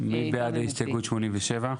מי בעד הסתייגות 87?